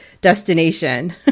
destination